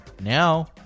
now